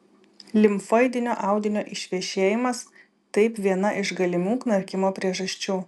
limfoidinio audinio išvešėjimas taip viena iš galimų knarkimo priežasčių